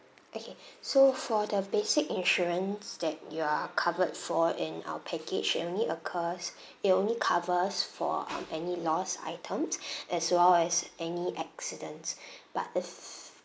okay so for the basic insurance that you are covered for in our package it only occurs it only covers for um any lost items as well as any accidents but if